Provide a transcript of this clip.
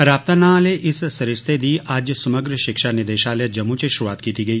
राबता नां आह्ले इस सरिस्ते दी अज्ज समग्र शिक्षा निदेशालय जम्मू च शुरूआत कीती गेई